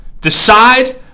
decide